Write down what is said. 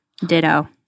Ditto